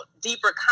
deeper